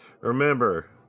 remember